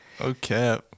Okay